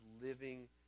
living